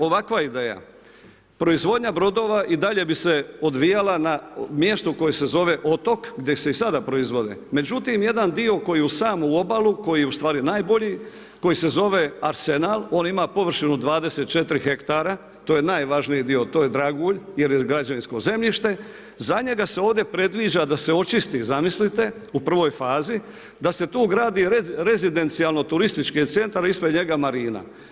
Ovakva ideja proizvodnja brodova i dalje bi se odvijala na mjestu koji se zove Otok gdje se i sada proizvode, međutim jedan dio koji je uz samu obalu, koji je ustvari najbolji, koji se zove Arsenal, on ima površinu 24 hektara, to je najvažniji dio, to je dragulj jer je građevinsko zemljište, za njega se ovdje predviđa da se očisti, zamislite, u prvoj fazi, da se tu gradi rezidencijalno turistički centar, a ispred njega marina.